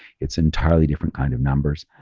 it's entirely different kind of numbers.